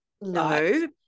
No